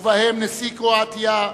ובהם נשיא קרואטיה,